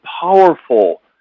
powerful